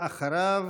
אחריו,